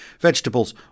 vegetables